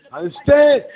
Understand